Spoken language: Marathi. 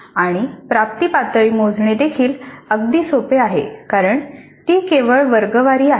आणि प्राप्ती पातळी मोजणे देखील अगदी सोपे आहे कारण ती केवळ वर्गवारी आहे